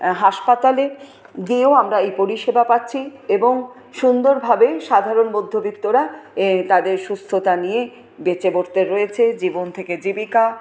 হাসপাতালে গিয়েও আমরা এই পরিষেবা পাচ্ছি এবং সুন্দরভাবে সাধারণ মধ্যবিত্তরা এই তাদের সুস্থতা নিয়ে বেঁচেবর্তে রয়েছে জীবন থেকে জীবিকা